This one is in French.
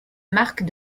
marque